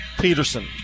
Peterson